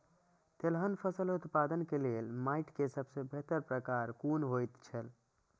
तेलहन फसल उत्पादन के लेल माटी के सबसे बेहतर प्रकार कुन होएत छल?